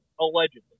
allegedly